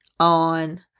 on